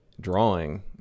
drawing